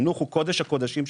חינוך הוא קודש הקודשים.